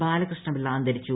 ബാലകൃഷ്ണപിള്ള അന്തരിച്ചു